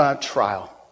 trial